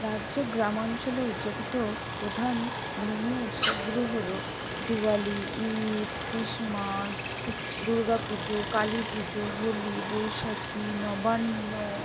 রাজ্যে গ্রামাঞ্চলে উদযাপিত প্রধান ধর্মীয় উৎসবগুলি হল দিওয়ালি ঈদ ক্রিসমাস দুর্গা পুজো কালী পুজো হোলি বৈশাখী নবান্ন